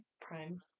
Prime